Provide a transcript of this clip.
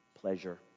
pleasure